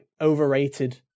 overrated